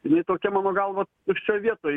ji tokia mano galva tuščioj vietoj